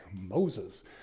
Moses